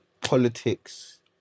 politics